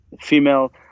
female